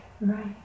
Right